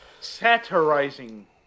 satirizing